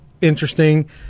interesting